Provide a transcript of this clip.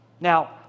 Now